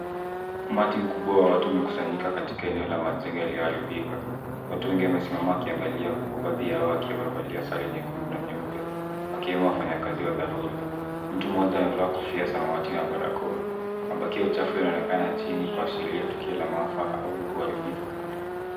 Umati mkubwa wa watu umekusanyika katika eneo la majengo yaliyoharibika. Watu wengi wamesima wakiangalia huku baadhi yao wakiwa wamevalia sare nyekundu na nyeupe wakiamua kufanya kazi ya dharura. Mtu mmoja amevaa kofia ya samawati na barakoa. Mabakio ya uchafu yanaonekana chini tukio la maafa au uharibifu.